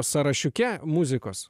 sąrašiuke muzikos